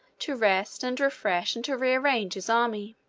to rest and refresh, and to rearrange his army.